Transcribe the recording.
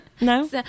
no